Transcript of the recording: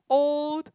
old